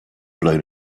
blown